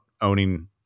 owning